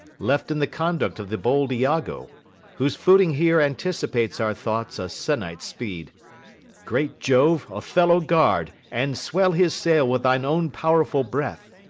left in the conduct of the bold iago whose footing here anticipates our thoughts a se'nnight's speed great jove, othello guard, and swell his sail with thine own powerful breath,